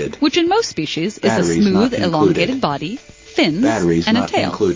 which in most species is a smooth, elongated body, fins, and a tail.